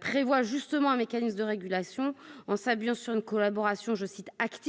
prévoit justement un mécanisme de régulation, en s'appuyant sur une collaboration, je cite, active